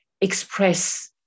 express